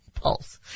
Pulse